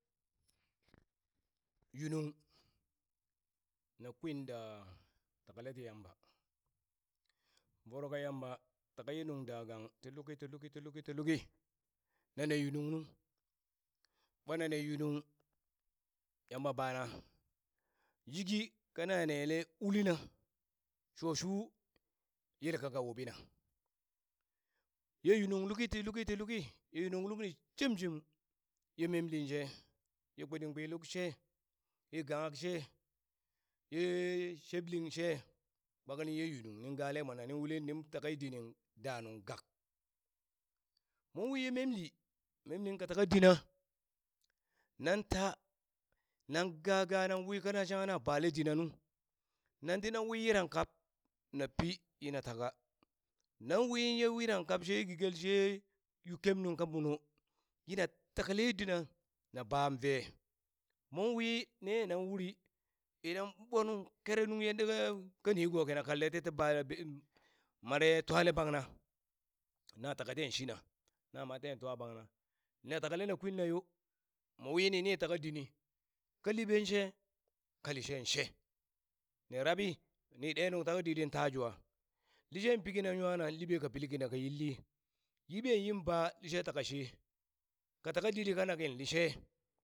yunung na kwin da takale ti Yamba, voro ka Yamba taka ye nung da gang ti luki ti luki ti luki ti luki ti luki, nane yunungnu ɓa nane yunung Yamba bana yiki kana nele ulina sho su yel ka ka wuɓina, ye yunung luki ti luki ti luki yunung lukni shimshim ye memlin she ye kpitingkpiluk she ye gaak she ye shebling she kpak nin ye yunung ning gale mona nin taka ye dini da nuŋ gak, mon wi ye memli memli ka takadina nan ta nan ga ga nan wi shangha na bale dina nu nan tinan wi yirang kap na pi yina taka, nan wi ye wirang jap she gigel she yu kem nung ka buno yina takale ye dina na banve mon wi nenan wuri idan ɓonu kere nung yandaka ka nigona kanle ti ti ba, mare twale bangna na taka ten shina na mare ten twa bangna, na takale na kwinna yo, mo wini ni taka dini ka liɓen she ka li shen she ni rabbi ni ɗe nuŋ tangka ditɗi ta jwa, lishen pi kinan nwana liɓe ka pil kina ka yilli, liben yin ba lishe taka she kataka ditdi kanakin lishe